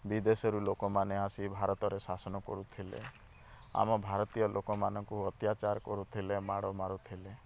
ବିଦେଶରୁ ଲୋକମାନେ ଆସି ଭାରତରେ ଶାସନ କରୁଥିଲେ ଆମ ଭାରତୀୟ ଲୋକମାନଙ୍କୁ ଅତ୍ୟାଚାର କରୁଥିଲେ ମାଡ଼ ମାରୁଥିଲେ